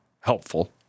helpful